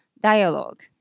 dialogue